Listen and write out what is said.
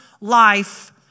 life